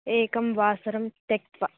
एकं वासरं त्यक्त्वा